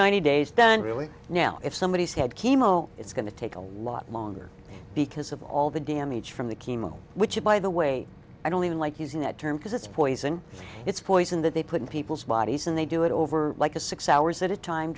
ninety days done really now if somebody has had chemo it's going to take a lot longer because of all the damage from the chemo which by the way i don't even like using that term because it's poison it's poison that they put in people's bodies and they do it over like a six hours at a time